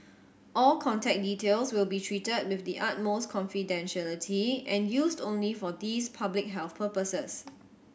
all contact details will be treated with the utmost confidentiality and used only for these public health purposes